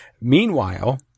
Meanwhile